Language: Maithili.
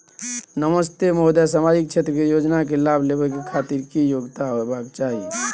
नमस्ते महोदय, सामाजिक क्षेत्र के योजना के लाभ लेबै के खातिर की योग्यता होबाक चाही?